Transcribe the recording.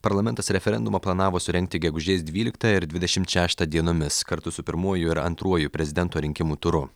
parlamentas referendumą planavo surengti gegužės dvyliktą ir dvidešimt šeštą dienomis kartu su pirmuoju ir antruoju prezidento rinkimų turu